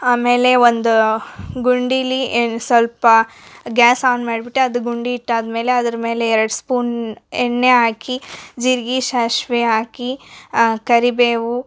ಆಮೇಲೆ ಒಂದು ಗುಂಡಿಲಿ ಏನು ಸ್ವಲ್ಪ ಗ್ಯಾಸ್ ಓನ್ ಮಾಡ್ಬಿಟ್ಟು ಅದು ಗುಂಡಿ ಇಟ್ಟಾದ್ಮೇಲೆ ಅದ್ರ ಮೇಲೆ ಎರಡು ಸ್ಪೂನ್ ಎಣ್ಣೆ ಹಾಕಿ ಜೀರ್ಗೆ ಸಾಸ್ವೆ ಹಾಕಿ ಕರಿಬೇವು